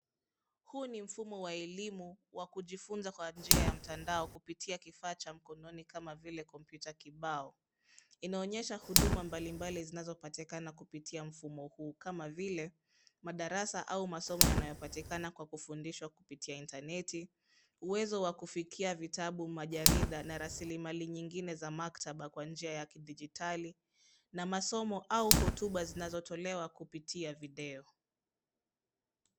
Huu ni mfumo wa elimu, wa kujifunza kwa njia ya mtandao kupitia kifaa cha mkononi kama vile kompyuta kibao. Inaonyesha huduma mbalimbali zinazopatikana kupitia mfumo huu kama vile, madarasa au masomo yanayopatikana kwa kufundishwa kupitia intaneti , uwezo wa kufikia vitabu majarida na rasilimali nyingine za maktaba kwa njia ya kidijitali, na masomo au hotuba zinazotolewa kupitia video.